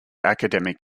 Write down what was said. academic